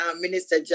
Minister